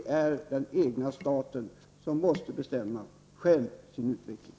Men de måste ändå själva bestämma hur utvecklingen skall vara.